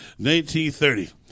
1930